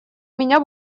меня